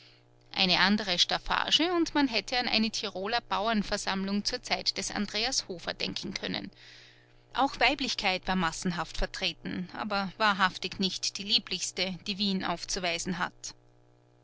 eine andere staffage und man hätte an eine tiroler bauernversammlung zur zeit des andreas hofer denken können auch weiblichkeit war massenhaft vertreten aber wahrhaftig nicht die lieblichste die wien aufzuweisen hat